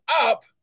up